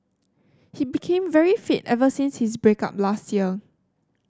he became very fit ever since his break up last year